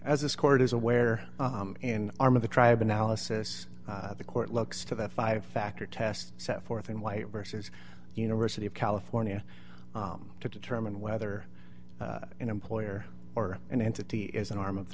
as this court is aware and arm of the tribe analysis the court looks to that five factor test set forth in white versus university of california to determine whether an employer or an entity is an arm of the